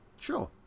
Sure